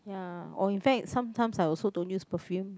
ya or in fact sometimes I also don't use perfume